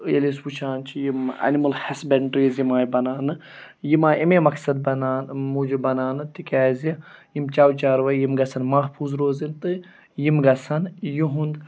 ییٚلہِ أسۍ وٕچھان چھِ یِم اَنِمٕل ہزبٮ۪نٛڈرٛیٖز یِم آے بَناونہٕ یِم آے امے مقصد بَنان موٗجوٗب بَناونہٕ تِکیٛازِ یِم چَو چاروٲے یِم گژھن محفوٗظ روزٕنۍ تہٕ یِم گژھن یِہُنٛد